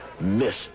Miss